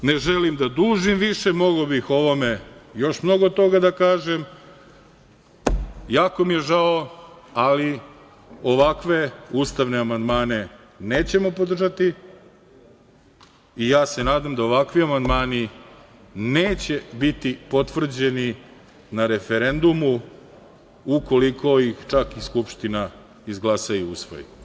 Ne želim da dužim više, mogao bih o ovome još mnogo toga da kažem, jako mi je žao, ali ovakve ustavne amandmane nećemo podržati i ja se nadam da ovakvi amandmani neće biti potvrđeni na referendumu, ukoliko ih Skupština izglasa i usvoji.